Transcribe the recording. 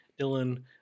Dylan